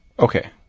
Okay